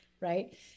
right